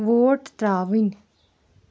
vote ترٛاوٕنۍ